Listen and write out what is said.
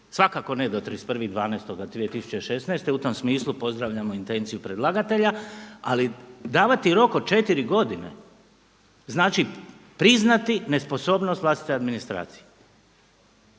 svakako ne do 31.12.2016. u tom smislu pozdravljamo intenciju predlagatelja, ali davati rok od četiri godine znači priznati nesposobnost vlastite administracije.